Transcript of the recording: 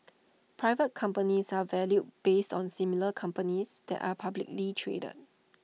private companies are valued based on similar companies that are publicly traded